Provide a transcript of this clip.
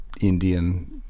Indian